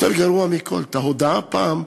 יותר גרוע מכול, את ההודעה, פעם,